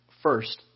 First